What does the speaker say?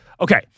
Okay